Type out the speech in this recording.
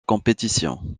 compétition